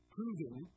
Proving